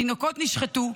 תינוקות נשחטו,